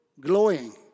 glowing